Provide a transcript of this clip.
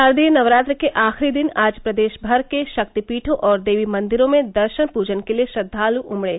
गारदीय नवरात्र के आखिरी दिन आज प्रदेश भर के ाक्तिपीठों और देवी मंदिरों में दर्शन पूजन के लिए श्रद्वालू उमडे